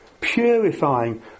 purifying